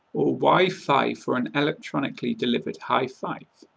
or wi-five for an electronically delivered high-five?